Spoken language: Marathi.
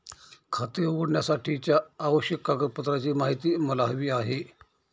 खाते उघडण्यासाठीच्या आवश्यक कागदपत्रांची माहिती मला हवी आहे